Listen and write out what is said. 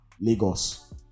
Lagos